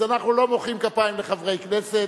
אז אנחנו לא מוחאים כפיים לחברי כנסת,